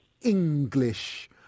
English